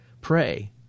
Pray